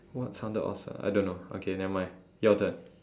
what sounded awesome I don't know okay nevermind your turn